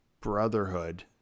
Brotherhood